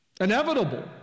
Inevitable